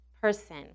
person